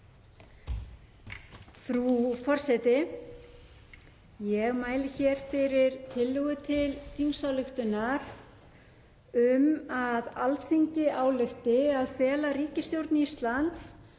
Frú forseti. Ég mæli hér fyrir tillögu til þingsályktunar um að Alþingi álykti að fela ríkisstjórn Íslands